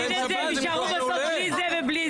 אולי אפשר לנתב את הדיונים --- הם יישארו בסוף בלי זה ובלי זה.